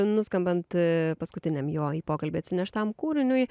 nuskambant paskutiniam jo į pokalbį atsineš tam kūriniui